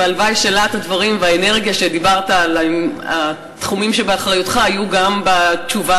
והלוואי שלהט הדברים והאנרגיה שדיברת בהם על התחומים